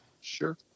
Sure